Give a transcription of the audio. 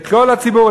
לכל הציבור,